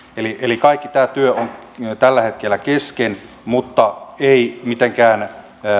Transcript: eli eli kaikki tämä työ on tällä hetkellä kesken mutta ei mitenkään